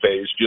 phase